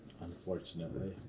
unfortunately